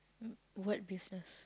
mm what business